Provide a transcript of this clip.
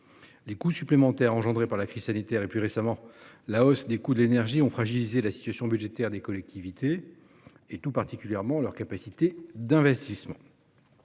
les coûts additionnels engendrés par la crise sanitaire et, plus récemment, la hausse des coûts de l'énergie ont fragilisé la situation budgétaire des collectivités et en particulier leur capacité d'investissement.